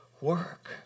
work